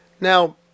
Now